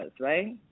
right